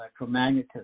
electromagnetism